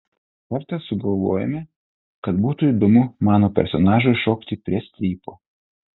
kartą sugalvojome kad būtų įdomu mano personažui šokti prie strypo